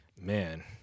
man